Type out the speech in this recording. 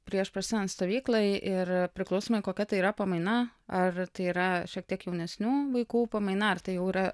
prieš prasidedant stovyklai ir priklausomai kokia tai yra pamaina ar tai yra šiek tiek jaunesnių vaikų pamaina ar tai jau yra